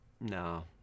No